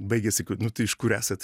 baigiasi kad nu tai iš kur esat